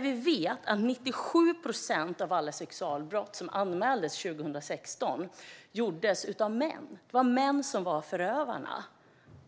Vi vet att 97 procent av alla sexualbrott som anmäldes 2016 begicks av män - det var män som var förövarna.